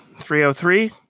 303